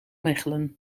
mechelen